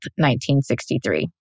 1963